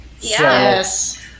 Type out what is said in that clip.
yes